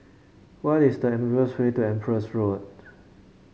what is the easiest way to Empress Road